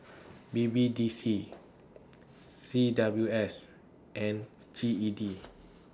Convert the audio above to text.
B B D C C W S and G E D